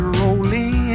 rolling